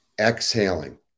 exhaling